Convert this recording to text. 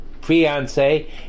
fiance